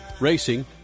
racing